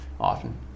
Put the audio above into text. often